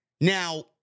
Now